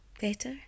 Better